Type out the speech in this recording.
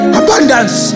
abundance